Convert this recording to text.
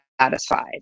satisfied